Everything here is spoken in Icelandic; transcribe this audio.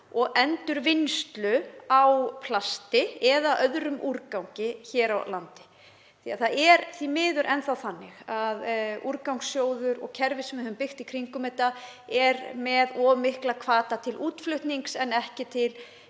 og endurvinnslu á plasti eða öðrum úrgangi hér á landi. Það er því miður enn þá þannig að Úrvinnslusjóður og kerfið sem við höfum byggt í kringum þetta er með of mikla hvata til útflutnings en ekki til